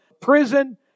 prison